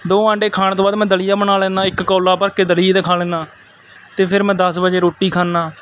ਦੋ ਆਂਡੇ ਖਾਣ ਤੋਂ ਬਾਅਦ ਮੈਂ ਦਲੀਆ ਬਣਾ ਲੈਂਦਾ ਇੱਕ ਕੌਲਾ ਭਰ ਕੇ ਦਲੀਆ ਦੇ ਖਾ ਲੈਂਦਾ ਅਤੇ ਫਿਰ ਮੈਂ ਦਸ ਵਜੇ ਰੋਟੀ ਖਾਂਦਾ